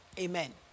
Amen